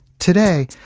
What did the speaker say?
today,